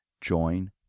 Join